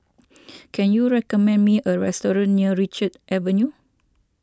can you recommend me a restaurant near Richards Avenue